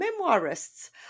memoirists